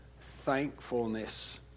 thankfulness